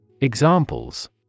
Examples